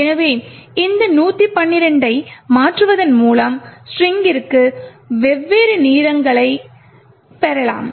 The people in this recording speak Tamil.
எனவே இந்த 112 ஐ மாற்றுவதன் மூலம் ஸ்ட்ரிங்கிற்கு வெவ்வேறு நீளங்களைப் பெறலாம்